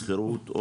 בשכירות,